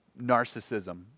narcissism